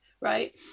right